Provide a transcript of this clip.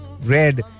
red